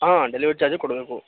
ಹಾಂ delivery charge ಕೊಡಬೇಕು